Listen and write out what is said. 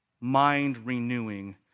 mind-renewing